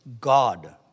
God